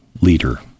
leader